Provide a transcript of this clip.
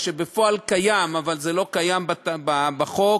מה שבפועל קיים אבל לא קיים בחוק,